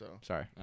Sorry